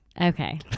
Okay